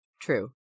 True